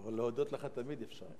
אבל להודות לך תמיד אפשר.